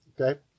Okay